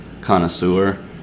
connoisseur